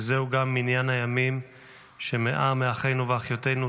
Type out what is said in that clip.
וזהו גם מניין הימים שבו 100 מאחינו ואחיותינו,